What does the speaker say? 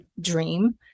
dream